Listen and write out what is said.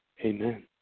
Amen